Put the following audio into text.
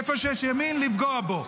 איפה שיש ימין, לפגוע בו.